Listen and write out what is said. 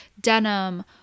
denim